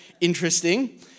interesting